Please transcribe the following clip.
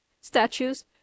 statues